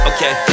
Okay